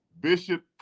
Bishop